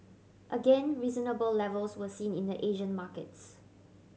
again reasonable levels were seen in the Asian markets